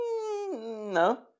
No